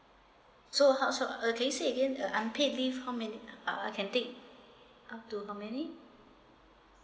so how so uh can you say again uh unpaid leave how many uh I can take uh to how many